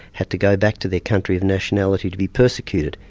had to go back to their country of nationality to be persecuted.